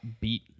beat